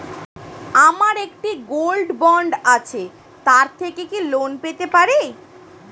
আমার একটি gold bond আছে তার থেকে কি লোন পেতে পারি?